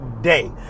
day